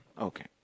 Okay